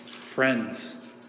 friends